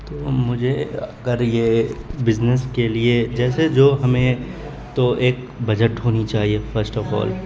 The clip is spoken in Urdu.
تو مجھے اگر یہ بزنس کے لیے جیسے جو ہمیں تو ایک بجٹ ہونی چاہیے فسٹ آف آل